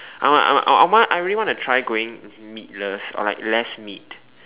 I want I want I want I really want to try going meatless or like less meat